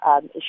issues